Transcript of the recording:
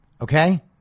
Okay